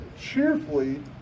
cheerfully